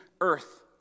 earth